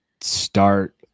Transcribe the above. start